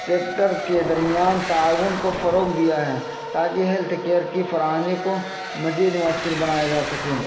sector کے درمیان تعاون کو فروغ دیا ہے تاکہ ہیلتھ کیئر کی فراہمی کو مزید مؤثر بنایا جا سکے